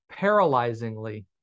paralyzingly